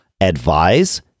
advise